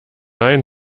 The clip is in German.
ein